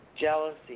Jealousy